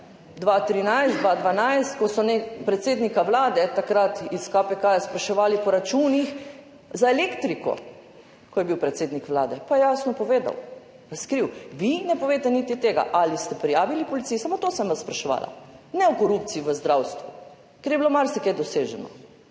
2013, 2012, ko so predsednika Vlade takrat iz KPK spraševali po računih za elektriko, ko je bil predsednik Vlade. Pa je jasno povedal, razkril. Vi ne poveste niti tega, ali ste prijavili policiji. Samo to sem vas spraševala, ne o korupciji v zdravstvu, ker je bilo marsikaj doseženo.